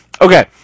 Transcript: okay